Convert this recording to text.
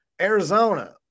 Arizona